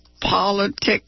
politics